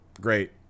Great